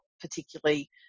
particularly